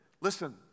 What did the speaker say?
Listen